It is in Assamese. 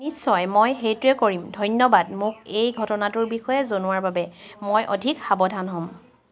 নিশ্চয় মই সেইটোৱেই কৰিম ধন্যবাদ মোক এই ঘটনাটোৰ বিষয়ে জনোৱাৰ বাবে মই অধিক সাৱধান হ'ম